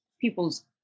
people's